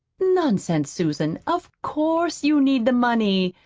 nonsense, susan, of course you need the money.